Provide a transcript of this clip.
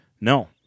No